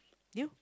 you